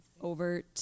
over